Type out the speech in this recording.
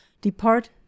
depart